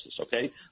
Okay